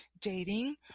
dating